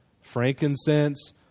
frankincense